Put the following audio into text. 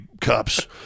cups